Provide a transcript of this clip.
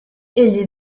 egli